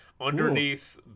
underneath